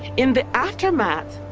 in the aftermath,